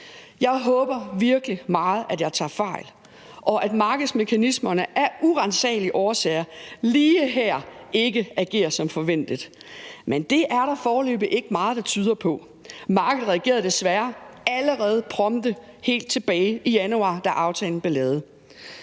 Jeg håber virkelig meget, at jeg tager fejl, og at markedsmekanismerne af uransagelige årsager lige her ikke dikteres som forventet. Men det er der foreløbig ikke meget der tyder på. Markederne reagerede desværre prompte allerede helt tilbage i januar, da aftalen blev lavet.